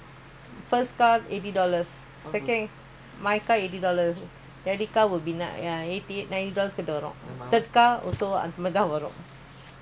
insurance எடுக்கணும்:edukkanum mm is it